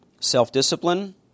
Self-discipline